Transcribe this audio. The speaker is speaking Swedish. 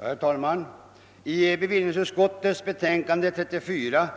Herr talman! I bevillningsutskottets betänkande nr 34,